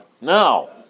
No